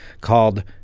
called